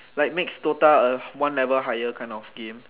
like makes DOTA a one level higher kind of game